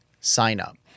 sign-up